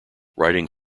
writing